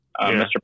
Mr